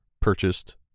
purchased